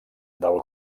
del